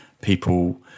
people